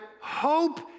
hope